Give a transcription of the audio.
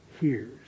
hears